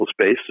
space